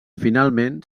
finalment